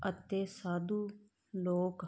ਅਤੇ ਸਾਧੂ ਲੋਕ